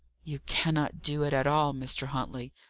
you cannot do it at all, mr. huntley.